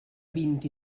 vint